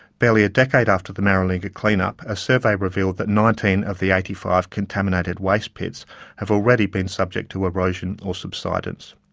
barely a decade after the maralinga clean-up, a survey revealed that nineteen of the eighty five contaminated waste pits have already been subject to erosion or subsidence.